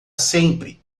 sempre